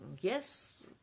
yes